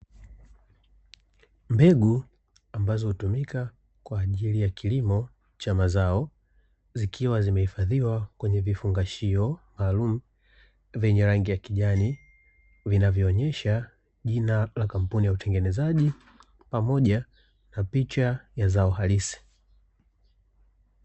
Mbegu ambazo hutumika kwa ajili ya kilimo cha mazao, ya zikiwa zimehifadhiwa kwenye vifungashio maalumu vyenye rangi ya kijani, vinavyoonyesha jina la kampuni ya utengenezaji pamoja na picha ya zao halisi.